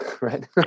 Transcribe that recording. right